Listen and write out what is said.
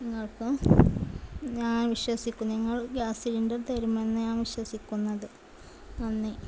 നിങ്ങൾക്ക് ഞാൻ വിശ്വസിക്കുന്നു നിങ്ങൾ ഗ്യാസ് സിലിണ്ടർ തരുമെന്ന് ഞാൻ വിശ്വസിക്കുന്നത് നന്ദി